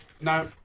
Now